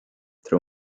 tro